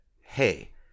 hey